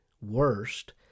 worst